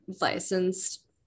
licensed